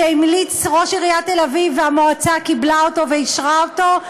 שהמליץ עליו ראש עיריית תל-אביב והמועצה קיבלה אותו ואישרה אותו,